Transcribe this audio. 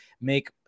make